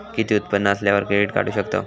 किती उत्पन्न असल्यावर क्रेडीट काढू शकतव?